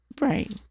Right